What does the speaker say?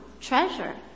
treasure